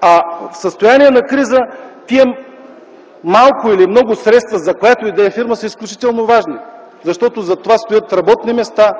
А в състояние на криза тези малко или много средства за която и да е фирма са изключително важни, защото зад това стоят работни места,